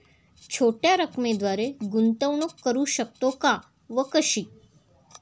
छोट्या रकमेद्वारे गुंतवणूक करू शकतो का व कशी?